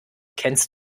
kennst